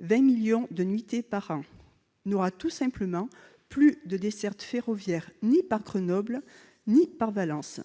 ses 20 millions de nuitées par an, n'aura tout simplement plus de desserte ferroviaire, ni par Grenoble ni par Valence.